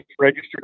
registered